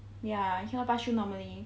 ya he cannot pass through normally